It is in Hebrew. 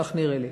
כך נראה לי.